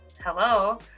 hello